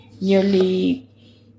Nearly